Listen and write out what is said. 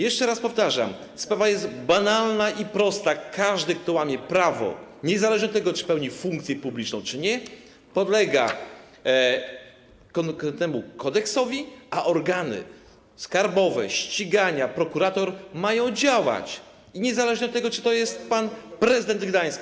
Jeszcze raz powtarzam: sprawa jest banalna i prosta, każdy, kto łamie prawo, niezależnie od tego, czy pełni funkcję publiczną, czy nie, podlega konkretnemu kodeksowi, a organy skarbowe, ścigania, prokurator mają działać, także niezależnie od tego, czy to jest śp. pan prezydent Gdańska.